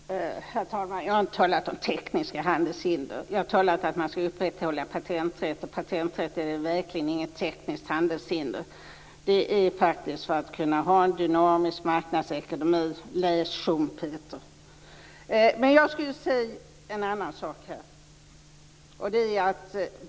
Herr talman! Jag har inte talat om tekniska handelshinder. Jag har talat om att man skall upprätthålla patenträtten, och patenträtten är verkligen inget tekniskt handelshinder. Det är faktiskt för att kunna ha en dynamisk marknadsekonomi - läs Schumpeter! Jag skulle vilja ställa en fråga om en annan sak.